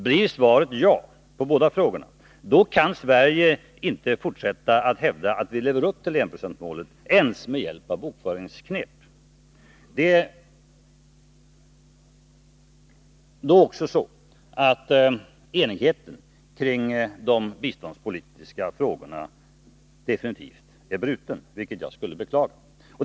Blir det ja på båda frågorna, kan Sverige inte fortsätta att hävda att vi lever upp till enprocentsmålet, ens med hjälp av bokföringsknep. Då är också enigheten kring de biståndspolitiska frågorna definitivt bruten, vilket jag skulle beklaga.